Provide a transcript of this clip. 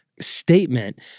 statement